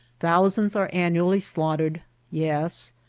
thousands are annually slaughtered yes,